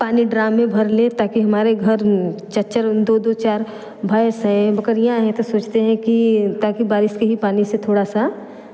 पानी ड्रा में भर लें ताकि हमारे घर चार चार दो दो चार भैंस हैं बकरियाँ हैं तो सोचते हैं कि ताकि बारिश की ही पानी से थोड़ा सा